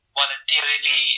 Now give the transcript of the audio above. voluntarily